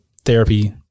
therapy